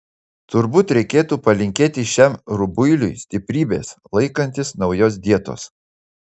turbūt reikėtų palinkėti šiam rubuiliui stiprybės laikantis naujos dietos